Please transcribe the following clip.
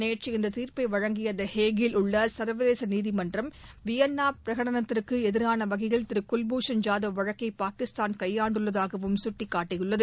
நேற்று இந்த தீர்ப்பை வழங்கிய திஹேக்கில் உள்ள சர்வதேச நீதிமன்றம் வியன்னா பிரகடனத்திற்கு எதிரான வகையில் திரு குல்பூஷன் ஜாதவ் வழக்கை பாகிஸ்தான் கையாண்டுள்ளதாகவும் சுட்டிக்காட்டியுள்ளது